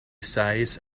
size